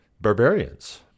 barbarians